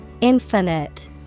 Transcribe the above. Infinite